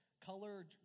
color